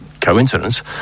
coincidence